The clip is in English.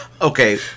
Okay